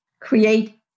create